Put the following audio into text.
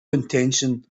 intention